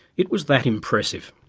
it was that impressive.